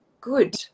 good